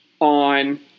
on